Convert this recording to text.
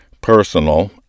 personal